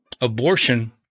abortion